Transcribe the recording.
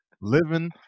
Living